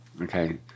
Okay